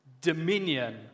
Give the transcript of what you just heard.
dominion